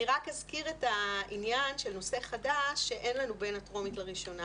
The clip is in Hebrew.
אני רק אזכיר את העניין של נושא חדש שאין לנו בין הטרומית לראשונה